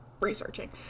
researching